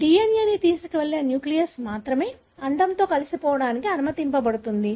DNA ని తీసుకువెళ్లే nucleus మాత్రమే అండంతో కలిసిపోవడానికి అనుమతించబడుతుంది